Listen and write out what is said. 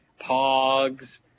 Pogs